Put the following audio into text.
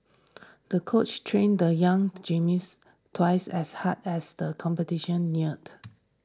the coach trained the young gymnast twice as hard as the competition neared